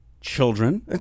children